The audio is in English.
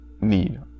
need